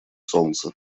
солнце